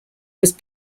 was